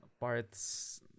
parts